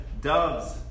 doves